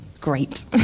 Great